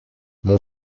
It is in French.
mon